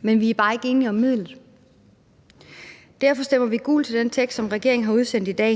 men vi er bare ikke enige om midlet. Derfor stemmer vi gult til den tekst, som regeringen har udsendt i dag.